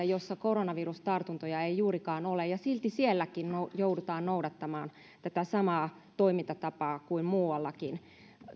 joilla koronavirustartuntoja ei juurikaan ole ja silti sielläkin joudutaan noudattamaan tätä samaa toimintatapaa kuin muuallakin